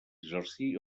exercir